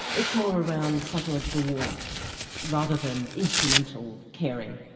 it's more around psychological warmth rather than instrumental caring.